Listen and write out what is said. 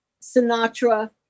Sinatra